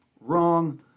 Wrong